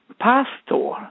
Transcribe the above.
pastor